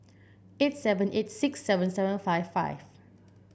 eight seven eight six seven seven five five